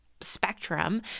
spectrum